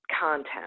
content